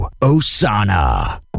Osana